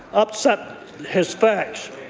upset his facts.